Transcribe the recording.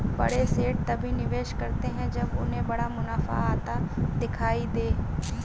बड़े सेठ तभी निवेश करते हैं जब उन्हें बड़ा मुनाफा आता दिखाई दे